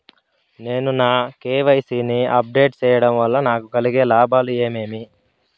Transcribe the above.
నేను నా కె.వై.సి ని అప్ డేట్ సేయడం వల్ల నాకు కలిగే లాభాలు ఏమేమీ?